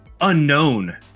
unknown